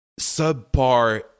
subpar